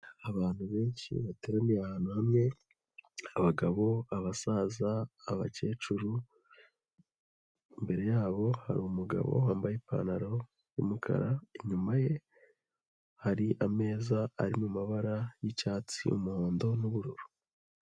Abantu benshi bateraniye ahantu hamwe abagabo, abasaza, abakecuru imbere yabo harumu umugabo wambaye ipantaro y'umukara, inyuma ye hari ameza ari mu mabara y'icyatsi, umuhondo n'ubururu.